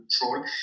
control